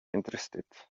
interested